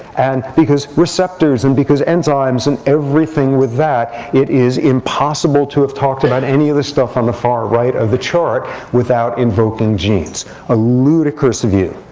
and because receptors, and because enzymes, and everything with that, it is impossible to have talked about any of this stuff on the far right of the chart without invoking genes a ludicrous view.